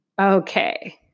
Okay